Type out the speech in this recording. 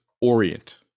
Orient